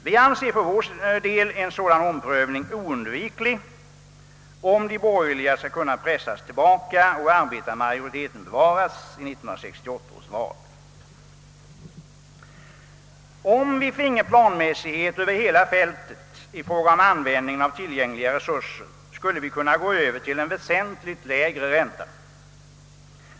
Vi anser en sådan omprövning oundviklig, om de borgerliga skall kunna pressas tillbaka och arbetarmajoriteten bevaras vid 1968 års val. Om vi finge planmässighet över hela fältet i fråga om användningen av tillgängliga resurser skulle vi kunna införa en väsentligt lägre ränta.